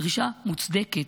דרישה מוצדקת,